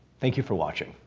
thank you for watching.